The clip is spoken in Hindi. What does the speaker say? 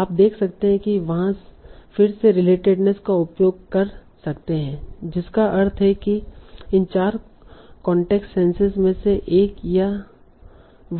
आप देख सकते हैं कि वहा फिर से रिलेटेडनेस का उपयोग कर सकते हैं जिसका अर्थ है कि इन चार कांटेक्स्ट सेंसेस में से एक है या